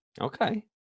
okay